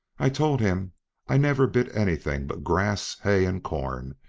i told him i never bit anything but grass, hay, and corn,